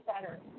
better